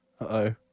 Uh-oh